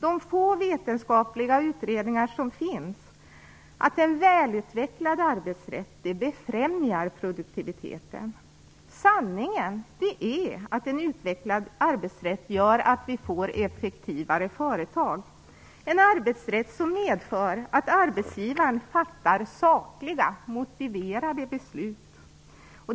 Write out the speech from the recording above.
De få vetenskapliga utredningar som finns visar tvärtom att en välutvecklad arbetsrätt befrämjar produktiviteten. Sanningen är att en utvecklad arbetsrätt gör att vi får effektivare företag. Det är en arbetsrätt som medför att arbetsgivaren fattar sakliga, motiverade beslut.